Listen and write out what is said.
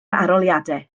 arholiadau